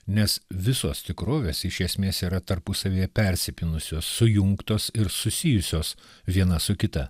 nes visos tikrovės iš esmės yra tarpusavyje persipynusios sujungtos ir susijusios viena su kita